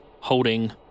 holding